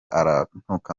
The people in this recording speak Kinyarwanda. arantuka